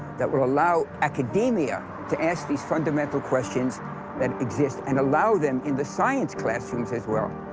that would allow academia to ask these fundamental questions that exist and allow them in the science classrooms as well.